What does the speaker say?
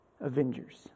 Avengers